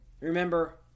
Remember